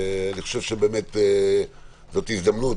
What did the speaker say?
אני חושב שזו הזדמנות,